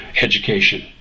education